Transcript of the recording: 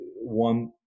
one